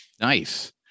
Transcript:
Nice